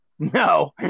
No